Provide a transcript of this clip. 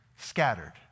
Scattered